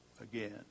again